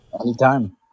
anytime